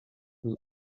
was